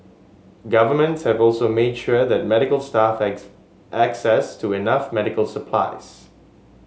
governments have also made sure that medical staff have access to enough medical supplies